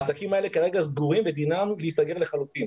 העסקים האלה כרגע סגורים ודינם להיסגר לחלוטין